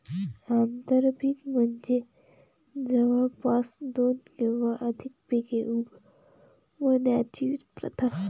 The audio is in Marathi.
आंतरपीक म्हणजे जवळपास दोन किंवा अधिक पिके उगवण्याची प्रथा